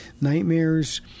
nightmares